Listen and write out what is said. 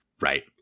right